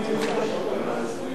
אדוני היושב-ראש,